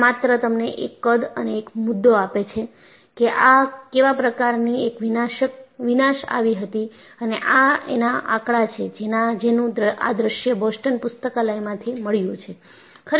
અ માત્ર તમને એક કદ અને એક મુદ્દો આપે છે કે આ કેવા પ્રકારની એક વિનાશ આવી હતી અને આ એના આંકડા છે જેનું આ દ્રશ્ય બોસ્ટન પુસ્તકાલય માંથી મળ્યું છે